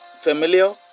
familiar